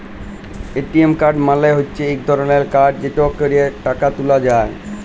ATM card মালে হচ্যে ইক ধরলের কাড় যেটতে ক্যরে টাকা ত্যুলা যায়